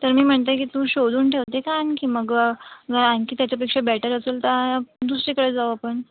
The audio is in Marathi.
तर मी म्हणते की तू शोधून ठेवते का आणखी मग मग आणखी त्याच्यापेक्षा बेटर असेल तर दुसरीकडे जाऊ आपण